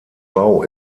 bau